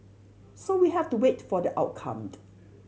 so we have to wait for the outcome